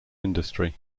industry